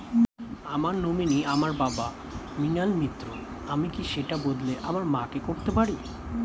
আমার নমিনি আমার বাবা, মৃণাল মিত্র, আমি কি সেটা বদলে আমার মা কে করতে পারি?